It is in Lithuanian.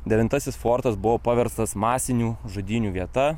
devintasis fortas buvo paverstas masinių žudynių vieta